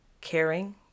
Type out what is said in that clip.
caring